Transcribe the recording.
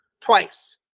twice